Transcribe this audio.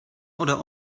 oder